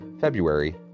February